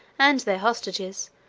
and their hostages,